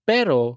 Pero